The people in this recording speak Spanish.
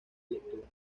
lectura